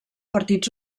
partits